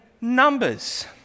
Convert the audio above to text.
Numbers